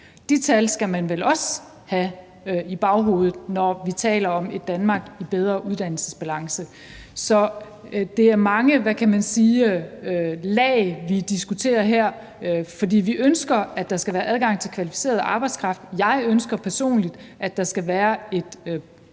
De tal skal man vel også have i baghovedet, når vi taler om et Danmark i bedre uddannelsesbalance. Så det er mange lag, vi diskuterer her. Vi ønsker, at der skal være adgang til kvalificeret arbejdskraft. Jeg ønsker personligt, at der skal være et